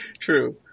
True